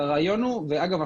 אגב,